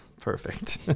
Perfect